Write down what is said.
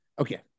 okay